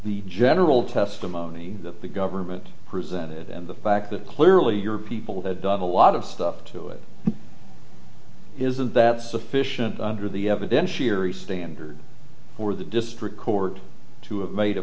the general testimony that the government presented and the fact that clearly your people had done a lot of stuff to it isn't that sufficient under the evidentiary standard for the district court to have made a